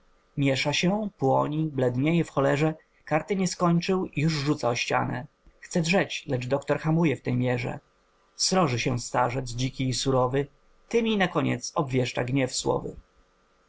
mięsza się płoni blednieje w cholerze karty nie skończył już rzuca o ścianę chce drzeć lecz doktor hamuje w tej mierze sroży się starzec dziki i surowy temi nakoniec obwieszcza gniew słowy